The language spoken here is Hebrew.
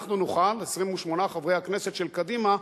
שאנחנו נוכל, 28 חברי הכנסת של קדימה,